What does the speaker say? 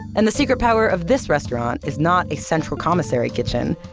and the secret power of this restaurant is not a central commissary kitchen,